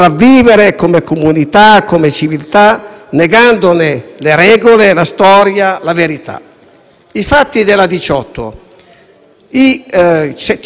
i fatti della Diciotti, 177 migranti sarebbero rimasti cinque giorni in più ancorati nel porto di Catania,